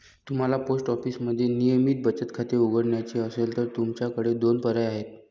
तुम्हाला पोस्ट ऑफिसमध्ये नियमित बचत खाते उघडायचे असेल तर तुमच्याकडे दोन पर्याय आहेत